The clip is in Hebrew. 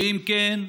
וגם אם כן,